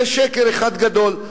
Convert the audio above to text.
זה שקר אחד גדול.